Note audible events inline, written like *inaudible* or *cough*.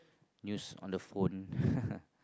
news on the phone *laughs*